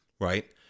right